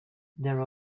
there